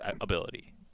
ability